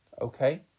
okay